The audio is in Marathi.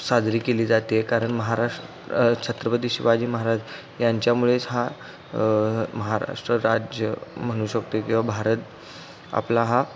साजरी केली जाते कारण महाराज छत्रपती शिवाजी महाराज यांच्यामुळेच हा महाराष्ट्र राज्य म्हणू शकतो आहे किंवा भारत आपला हा